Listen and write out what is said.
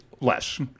Less